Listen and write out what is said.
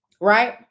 right